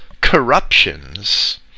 corruptions